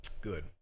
Good